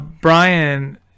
Brian